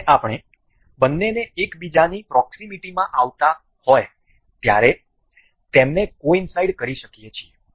અને આપણે બંનેને એકબીજાની પ્રોક્સીમીટ્ટી માં આવતા હોય ત્યારે તેમને કોઈન્સાઈડ કરી શકીએ છીએ